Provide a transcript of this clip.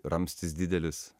ramstis didelis